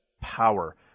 Power